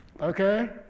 Okay